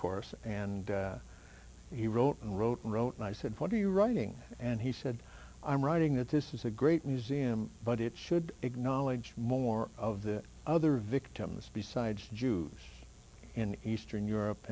course and he wrote and wrote and wrote and i said what are you writing and he said i'm writing that this is a great museum but it should acknowledge more of the other victims besides jews in eastern europe